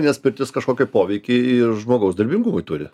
nes pirtis kažkokį poveikį žmogaus darbingumui turi